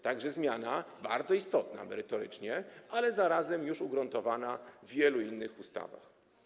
Tak że to zmiana bardzo istotna merytorycznie, ale zarazem już ugruntowana w wielu innych ustawach.